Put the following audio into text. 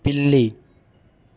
పిల్లి